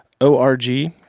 O-R-G